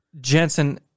Jensen